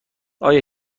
آیا